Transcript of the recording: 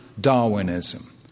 Darwinism